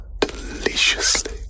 deliciously